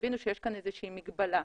הבינו שיש כאן איזושהי מגבלה.